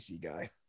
guy